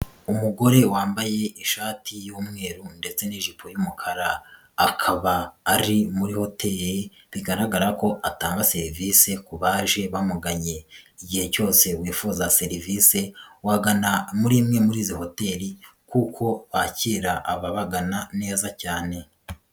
Umugore wambaye ishati y'umweru ndetse n'ijipo y'umukara. Akaba ari muri hoteli, bigaragara ko atanga serivisi ku baje bamuganye, igihe cyose wifuza serivisi, wagana muri imwe muri izi hoteli kuko bakira ababagana neza cyane.